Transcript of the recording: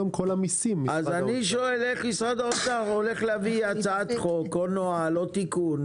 אז אני שואל איך משרד האוצר הולך להביא הצעת חוק או נוהל או תיקון,